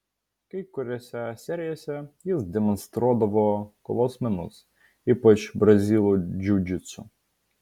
kai kuriose serijose jis demonstruodavo kovos menus ypač brazilų džiudžitsu